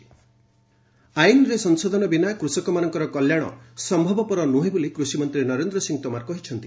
Tomar farm bill ଆଇନ୍ରେ ସଂଶୋଧନ ବିନା କୃଷକମାନଙ୍କର କଲ୍ୟାଣ ସମ୍ଭବପର ନୁହେଁ ବୋଲି କୃଷିମନ୍ତ୍ରୀ ନରେନ୍ଦ୍ର ସିଂହ ତୋମାର କହିଛନ୍ତି